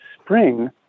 spring